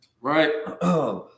right